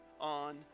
on